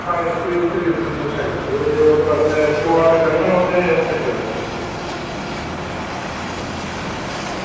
खानै बास्तै जो ऑर्डर करङन ओह् मिली जाह्ग